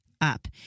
up